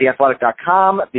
TheAthletic.com